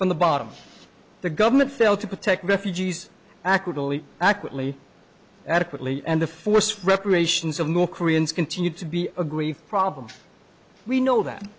from the bottom the government failed to protect refugees accurately adequately and the forced reparations of north koreans continued to be a grief problem we know that